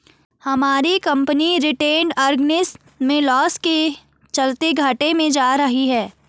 हमारी company retained earnings में loss के चलते घाटे में जा रही है